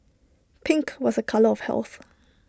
pink was A colour of health